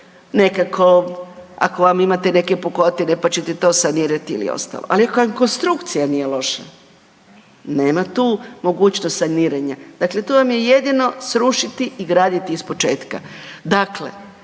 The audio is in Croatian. nekako, ako vam imate neke pukotine pa ćete to sanirati ili ostalo. Ali, kad konstrukcija nije loša, nema tu mogućnost saniranja. Dakle, tu vam je jedino srušiti i graditi ispočetka.